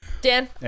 Dan